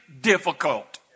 difficult